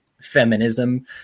feminism